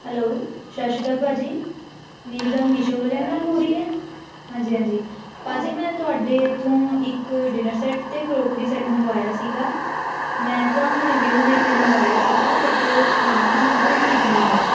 hello ਸਤਿ ਸ਼੍ਰੀ ਅਕਾਲ ਭਾਅ ਜੀ ਮੇਰੀ ਗੱਲ ਮੀਸ਼ੋ ਵਾਲਿਆਂ ਨਾਲ਼ ਹੋ ਰਹੀ ਹੈ ਹਾਂਜੀ ਹਾਂਜੀ ਭਾਅ ਜੀ ਮੈਂ ਤੁਹਾਡੇ ਇੱਥੋਂ ਇੱਕ ਡਿਨਰ ਸੈੱਟ ਅਤੇ ਕਰੋਕਰੀ ਸੈੱਟ ਮੰਗਵਾਇਆ ਸੀਗਾ ਮੈਂ ਤਾਂ ਰਿਵਿਊ ਦੇਖ ਕੇ ਮੰਗਵਾਇਆ ਸੀਗਾ ਬਟ ਉਹ ਸਮਾਨ ਨਾ ਬਿਲਕੁਲ ਠੀਕ ਨਹੀਂ ਆਇਆ